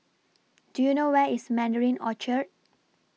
Do YOU know Where IS Mandarin Orchard